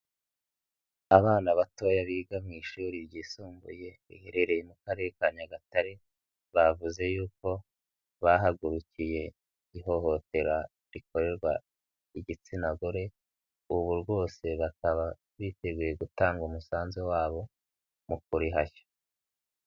Abana batoya biga mu ishuri ryisumbuye riherereye mu Karere ka Nyagatare, bavuze yuko bahagurukiye ihohotera rikorerwa igitsina gore, ubu rwose bakaba biteguye gutanga umusanzu wabo mu kurihashya.